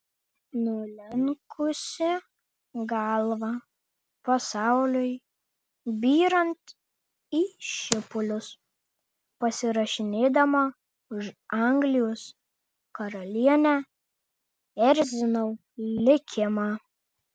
nulenkusi galvą pasauliui byrant į šipulius pasirašinėdama už anglijos karalienę erzinau likimą